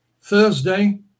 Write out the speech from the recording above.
Thursday